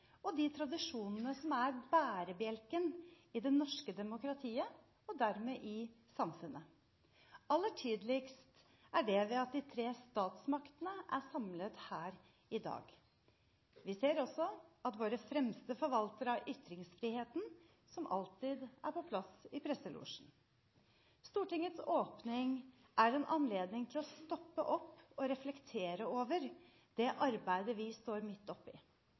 og tradisjonene som er bærebjelken i det norske demokratiet og dermed i samfunnet. Aller tydeligst er det ved at de tre statsmaktene er samlet her i dag. Vi ser også at våre fremste forvaltere av ytringsfriheten som alltid er på plass i presselosjen. Stortingets åpning er en anledning til å stoppe opp og reflektere over det arbeidet vi står midt oppe i,